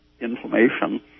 inflammation